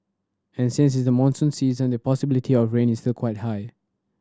and since it's the monsoon season the possibility of rain is the quite high